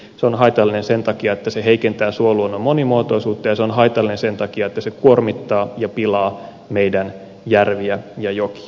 se on haitallinen sen takia että se heikentää suoluonnon monimuotoisuutta ja se on haitallinen sen takia että se kuormittaa ja pilaa meidän järviä ja jokia